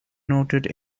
noted